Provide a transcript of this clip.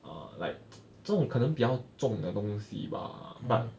err like 这种可能比较重的东西吧 but